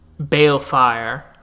balefire